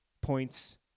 points